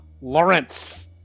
Lawrence